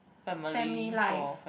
family life